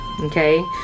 Okay